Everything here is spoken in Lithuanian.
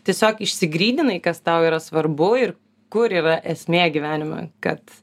tiesiog išsigryninai kas tau yra svarbu ir kur yra esmė gyvenime kad